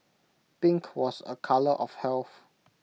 pink was A colour of health